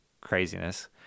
craziness